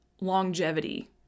longevity